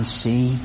see